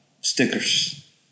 stickers